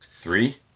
Three